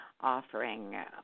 offering